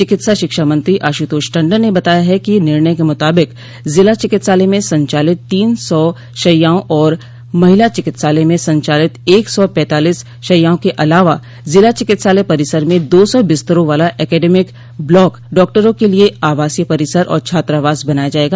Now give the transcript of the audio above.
चिकित्सा शिक्षा मंत्री आशुतोष टण्डन न बताया है कि निर्णय के मूताबिक जिला चिकित्सालय में संचालित तीन सौ शैय्याओं और महिला चिकित्सालय में संचालित एक सौ पैंतालीस शैय्याओं के अलावा ज़िला चिकित्सालय परिसर में दो सौ बिस्तरों वाला एकेडमिक ब्लॉक डॉक्टरों के लिये आवासीय परिसर और छात्रावास बनाया जायेगा